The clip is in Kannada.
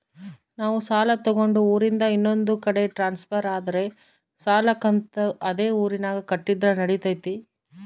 ನಾವು ಸಾಲ ತಗೊಂಡು ಊರಿಂದ ಇನ್ನೊಂದು ಕಡೆ ಟ್ರಾನ್ಸ್ಫರ್ ಆದರೆ ಸಾಲ ಕಂತು ಅದೇ ಊರಿನಾಗ ಕಟ್ಟಿದ್ರ ನಡಿತೈತಿ?